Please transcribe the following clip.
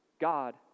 God